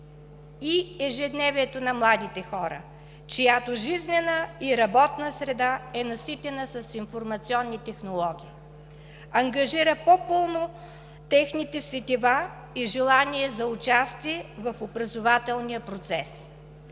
и ежедневието на младите хора, чиято жизнена и работна среда е наситена с информационни технологии, ангажира по-пълно техните сетива и желание за участие в образователния процес.